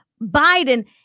biden